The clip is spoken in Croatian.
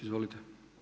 Izvolite.